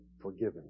forgiven